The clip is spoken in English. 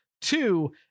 two